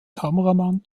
kameramann